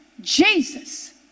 Jesus